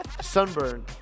Sunburn